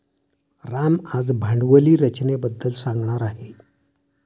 राम आज भांडवली रचनेबद्दल सांगणार आहे